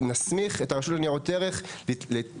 ונסמיך את הרשות לניירות ערך ספציפית,